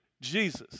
Jesus